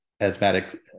asthmatic